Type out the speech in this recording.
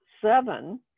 seven